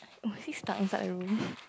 oh is he stuck inside the room